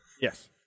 Yes